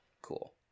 Cool